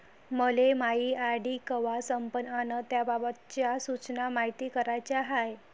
मले मायी आर.डी कवा संपन अन त्याबाबतच्या सूचना मायती कराच्या हाय